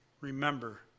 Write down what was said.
remember